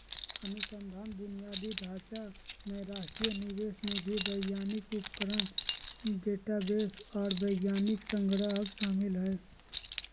अनुसंधान बुनियादी ढांचा में राष्ट्रीय निवेश निधि वैज्ञानिक उपकरण डेटाबेस आर वैज्ञानिक संग्रह शामिल हइ